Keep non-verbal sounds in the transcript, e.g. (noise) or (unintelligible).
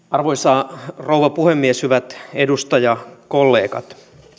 (unintelligible) arvoisa rouva puhemies hyvät edustajakollegat